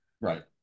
right